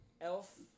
elf